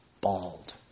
bald